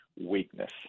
weakness